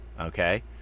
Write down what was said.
Okay